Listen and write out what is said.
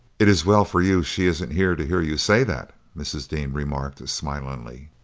it's well for you she isn't here to hear you say that! mrs. dean remarked, smiling.